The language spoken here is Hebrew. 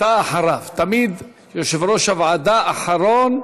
אתה אחריו, תמיד יושב-ראש הוועדה אחרון,